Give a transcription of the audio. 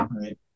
right